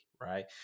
right